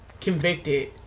convicted